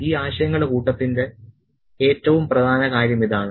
ഈ ആശയങ്ങളുടെ കൂട്ടത്തിന്റെ ഏറ്റവും പ്രധാന കാര്യം ഇതാണ്